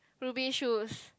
Rubi shoes